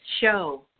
show